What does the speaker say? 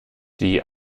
die